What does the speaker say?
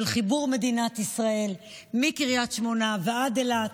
חיבור מדינת ישראל מקריית שמונה עד אילת.